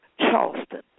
Charleston